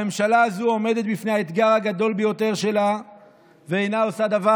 הממשלה הזו עומדת בפני האתגר הגדול ביותר שלה ואינה עושה דבר.